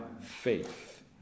faith